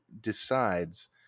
decides